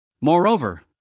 Moreover